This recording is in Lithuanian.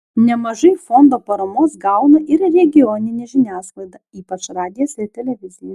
nemažai fondo paramos gauna ir regioninė žiniasklaida ypač radijas ir televizija